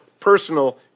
personal